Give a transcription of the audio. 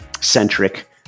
centric